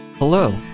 Hello